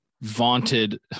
vaunted